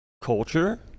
culture